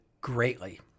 greatly